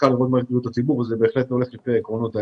מערכת בריאות הציבור בהחלט צריכה לעבוד לפי העקרונות האלה.